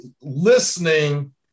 listening